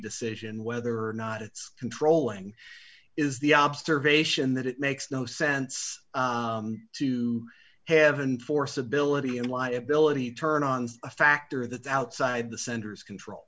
decision whether or not it's controlling is the observation that it makes no sense to have and force ability in liability turn on a factor that outside the sender's control